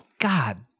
god